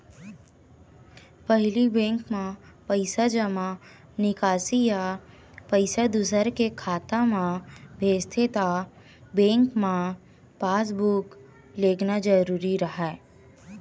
पहिली बेंक म पइसा जमा, निकासी या पइसा दूसर के खाता म भेजथे त बेंक म पासबूक लेगना जरूरी राहय